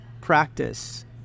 practice